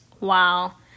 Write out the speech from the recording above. Wow